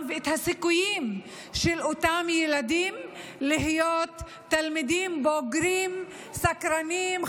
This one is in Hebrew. ואת הסיכויים של אותם ילדים להיות תלמידים בוגרים סקרנים,